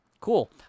Cool